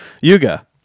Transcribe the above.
Yuga